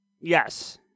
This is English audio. Yes